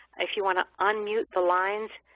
if you want to unmute the lines,